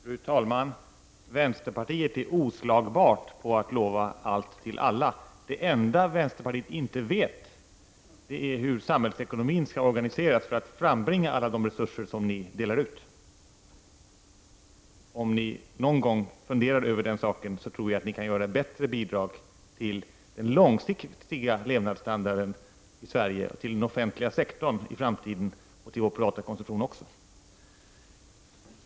Fru talman! Vänsterpartiet är oslagbart när det gäller att lova allt till alla. Det enda vänsterpartiet inte vet är hur samhällsekonomin skall organiseras för att frambringa allt det som vänsterpartiet vill dela ut. Om ni någon gång funderade över den saken, tror jag att ni kunde ge ett bättre bidrag till den långsiktiga levnadsstandarden i Sverige, till den offentliga sektorn i framtiden och även till vår privata konsumtion.